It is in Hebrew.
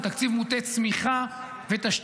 הוא תקציב מוטה צמיחה ותשתיות,